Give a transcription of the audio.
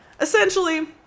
essentially